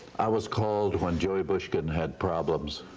i was called when joey bushkin had problems,